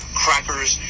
crackers